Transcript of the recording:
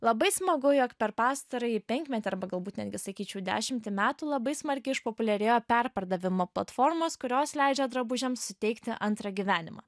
labai smagu jog per pastarąjį penkmetį arba galbūt netgi sakyčiau dešimtį metų labai smarkiai išpopuliarėjo perpardavimo platformos kurios leidžia drabužiams suteikti antrą gyvenimą